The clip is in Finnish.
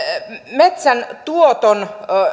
metsän tuoton